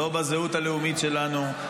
הם לא בזהות הלאומית שלנו.